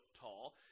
tall